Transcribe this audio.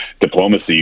diplomacy